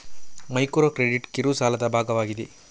micro credit ಕಿರು ಸಾಲದ ಭಾಗವಾಗಿದೆ